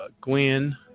Gwen